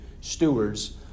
stewards